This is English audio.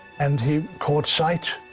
and he caught sight